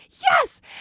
yes